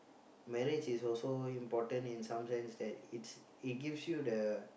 marriage is also important in some sense that it it gives you the